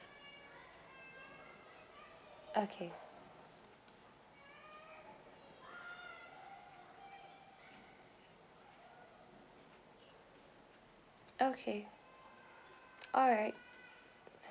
okay okay alright